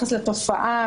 לתופעה,